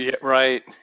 Right